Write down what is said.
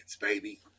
baby